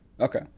Okay